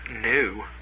new